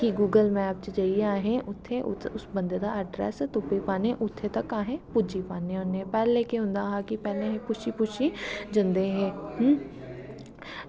Google map च जाइयै अस उत्थें अस उस बंदे दा ऐड्रस तुप्पी पान्नें उत्थें तक अस पुज्जी पान्नें होन्ने पैह्लें केह् होंदा हा कि पुच्छी पुच्छी जंदे हे